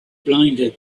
blinded